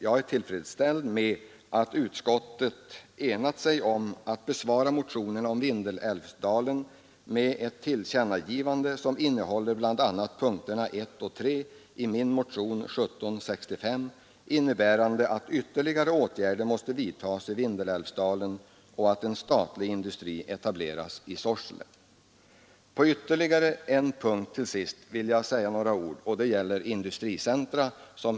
Jag är till freds med att utskottets ledamöter enat sig om att besvara motionen om Vindelälvsdalen med ett tillkännagivande som innehåller bl.a. punkterna 1 och 3 i min motion nr 1765, innebärande att ytterligare åtgärder måste vidtas i Vindelälvsdalen och att en statlig industri etableras i Sorsele. Jag. vill till sist säga några ord på ytterligare en punkt. Det gäller industricentra.